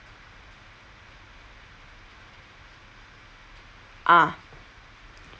ah